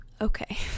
Okay